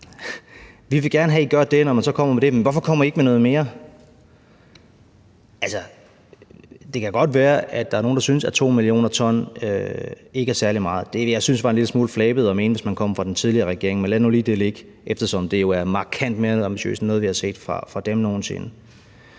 vi så kommer med det, spørger I: Hvorfor kommer I ikke med noget mere? Altså, det kan godt være, at der er nogle, der synes, at 2 mio. t ikke er særlig meget – det ville jeg synes var en lille smule flabet at mene, hvis man kommer fra et tidligere regeringsparti, men lad det nu lige ligge – eftersom det er markant mere ambitiøst end noget, vi nogen sinde